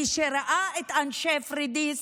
מי שראה את אנשי פוריידיס